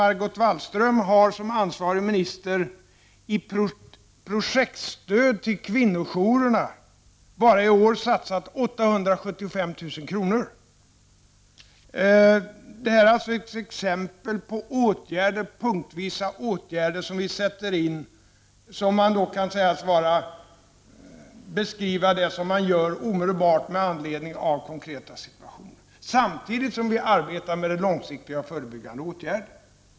Margot Wallström har som ansvarig minister i projektstöd till kvinnojourerna bara i år satsat 875 000 kr. Detta är alltså exempel på punktvisa åtgärder som vi sätter in och som kan beskrivas som det vi gör omedelbart med anledning av konkreta situationer. Samtidigt arbetar vi med långsiktiga och förebyggande åtgärder.